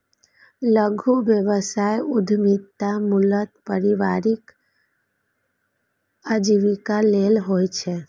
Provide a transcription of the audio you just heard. लघु व्यवसाय उद्यमिता मूलतः परिवारक आजीविका लेल होइ छै